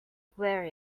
wear